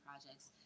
projects